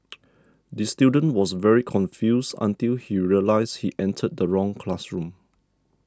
the student was very confused until he realised he entered the wrong classroom